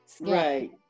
Right